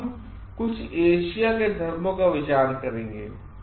अब हम कुछ एशिया के धर्मों पर विचार करेंगे